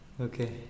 Okay